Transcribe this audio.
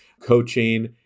coaching